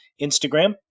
instagram